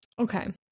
Okay